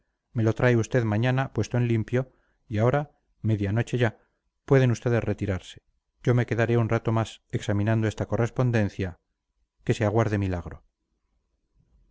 me lo trae usted mañana puesto en limpio y ahora media noche ya pueden ustedes retirarse yo me quedaré un rato más examinando esta correspondencia que se aguarde milagro